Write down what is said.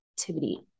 activity